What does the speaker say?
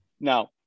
Now